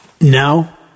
now